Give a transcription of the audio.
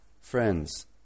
Friends